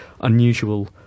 unusual